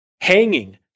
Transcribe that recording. Hanging